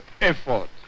effort